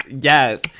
yes